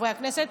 בחברי הכנסת,